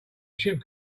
ship